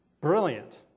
brilliant